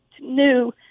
new